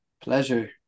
Pleasure